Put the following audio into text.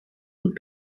und